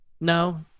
No